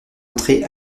entré